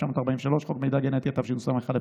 התשע"ב 2011,